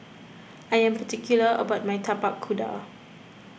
I am particular about my Tapak Kuda